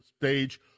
stage